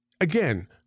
Again